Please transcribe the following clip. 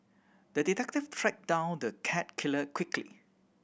the detective track down the cat killer quickly